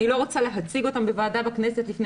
אני לא רוצה להציג אותם בוועדה בכנסת לפני